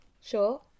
Sure